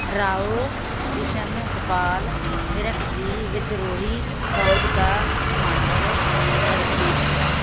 ਰਾਓ ਕਿਸ਼ਨ ਗੋਪਾਲ ਮੇਰਠ ਦੀ ਵਿਦਰੋਹੀ ਫ਼ੌਜ ਦਾ ਕਮਾਂਡੋਰਰ ਸੀ